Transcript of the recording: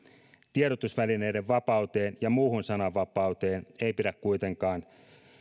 tiedotusvälineiden vapauteen ja muuhun sananvapauteen ei pidä kuitenkaan